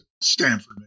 Stanford